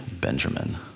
Benjamin